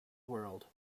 world